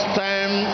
time